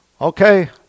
okay